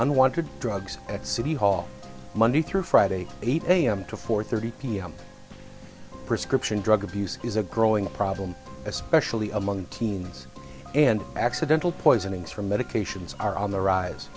unwanted drugs at city hall monday through friday eight am to four thirty pm prescription drug abuse is a growing problem especially among teens and accidental poisoning from medications are on the rise